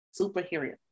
superhero